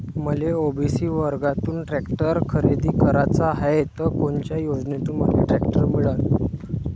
मले ओ.बी.सी वर्गातून टॅक्टर खरेदी कराचा हाये त कोनच्या योजनेतून मले टॅक्टर मिळन?